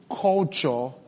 culture